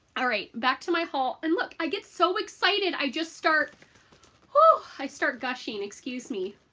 all right back to my haul, and look i get so excited i just start oh i start gushing. excuse me.